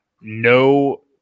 no